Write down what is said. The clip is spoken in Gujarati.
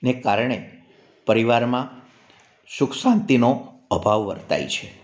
ને કારણે પરીવારમાં સુખ શાંતિનો અભાવ વર્તાય છે